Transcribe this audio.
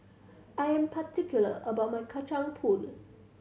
I'm particular about my Kacang Pool